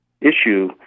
issue